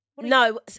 No